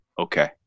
okay